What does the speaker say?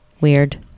Weird